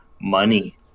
money